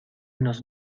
nos